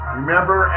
remember